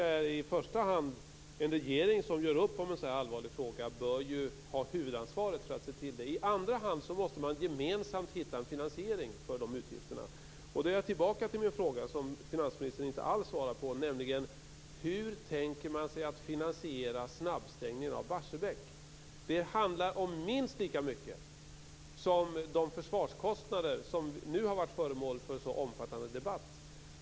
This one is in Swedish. En regering som gör upp om en så pass allvarlig fråga bör i första hand ha huvudansvaret för att se till att det sker. I andra hand måste man gemensamt hitta en finansiering för de utgifterna. Då är jag tillbaka till min fråga, som finansministern inte alls svarade på. Hur tänker man sig att finansiera snabbstängningen av Barsebäck? Det handlar om minst lika mycket som de försvarskostnader som nu har varit föremål för så omfattande debatt.